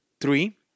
three